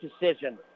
decision